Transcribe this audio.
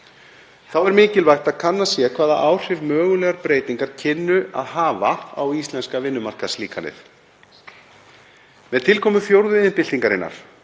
Þá er mikilvægt að kannað sé hvaða áhrif mögulegar breytingar kynnu að hafa á íslenska vinnumarkaðslíkanið. Með tilkomu fjórðu iðnbyltingarinnar